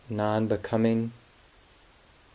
non-becoming